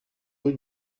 rue